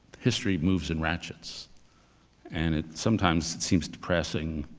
history moves in ratchets and it sometimes seems depressing.